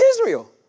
Israel